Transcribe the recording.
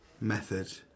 method